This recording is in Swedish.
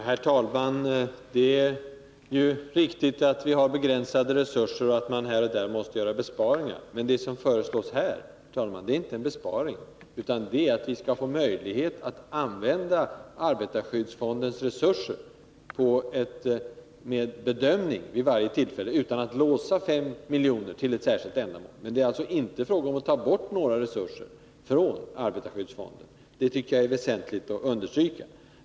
Herr talman! Det är riktigt att vi har begränsade resurser och att man här och där måste göra besparingar. Men det som här föreslås är inte en besparing, utan det är att vi skall få möjlighet att använda arbetarskyddsfondens resurser och därvid vid varje tillfälle göra en bedömning utan att låsa Smilj.kr. för ett särskilt ändamål. Det är alltså inte fråga om att ta bort några resurser från arbetarskyddsfonden. Det tycker jag det är väsentligt att understryka.